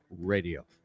radio